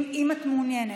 אם את מעוניינת.